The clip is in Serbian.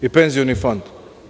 I penzioni fond.